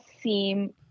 seem